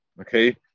okay